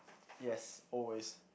yes always